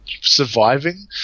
surviving